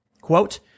Quote